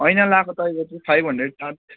ऐना लगाएको तपाईँको त्यो फाइभ हन्ड्रेड चार्ज